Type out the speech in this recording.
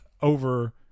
over